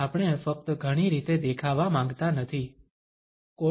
આપણે ફક્ત ઘણી રીતે દેખાવા માંગતા નથી Refer time 1710